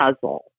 Puzzle